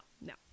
no